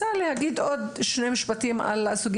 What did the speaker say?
אומרים